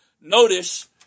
Notice